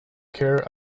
care